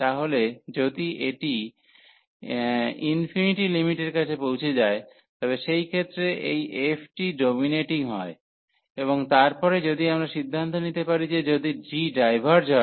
তাহলে যদি এটি এটা লিমিটের কাছে পৌঁছে যায় তবে সেই ক্ষেত্রে এই f টি ডোমিনেটিং হয় এবং তারপরে যদি আমরা সিদ্ধান্ত নিতে পারি যে যদি g ডাইভার্জ হয়